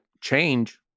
change